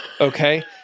okay